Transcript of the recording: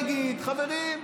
יגיד: חברים,